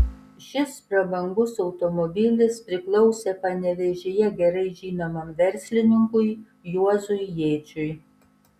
šis prabangus automobilis priklausė panevėžyje gerai žinomam verslininkui juozui jėčiui